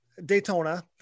Daytona